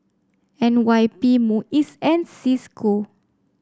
N Y P MUIS and Cisco